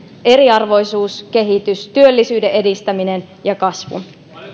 eriarvoisuuskehityksen työllisyyden edistämisen ja kasvun